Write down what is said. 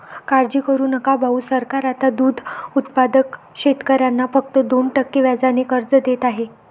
काळजी करू नका भाऊ, सरकार आता दूध उत्पादक शेतकऱ्यांना फक्त दोन टक्के व्याजाने कर्ज देत आहे